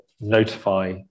notify